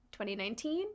2019